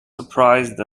surprised